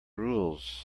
rules